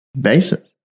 basis